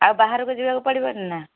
ଆଉ ବାହାରକୁ ଯିବାକୁ ପଡ଼ିବନି ନା